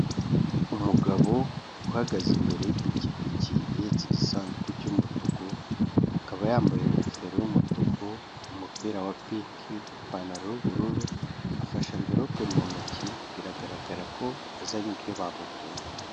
Umugabo uhagaze imbere y'ipikipiki ihetse igisanduku cy'umutuku, akaba yambaye ingofero y'umutuku, umupira wa pinki, ipantaro y'ubururu, afashe amverope mu ntoki, biragaragara ko azanye ibyo bamutumye.